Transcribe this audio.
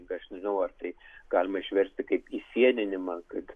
aš nežinau ar tai galima išversti kaip įsieninimą kad